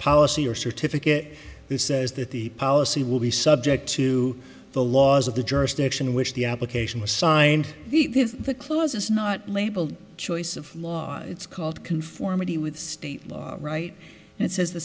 policy or certificate this says that the policy will be subject to the laws of the jurisdiction in which the application was signed the clause is not labeled choice of law it's called conformity with state law right and it says